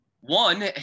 one